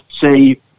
say